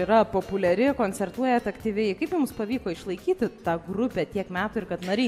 yra populiari koncertuojat aktyviai kaip jums pavyko išlaikyti tą grupę tiek metų ir kad nariai